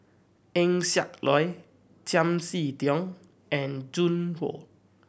Eng Siak Loy Chiam See Tong and Joan Hon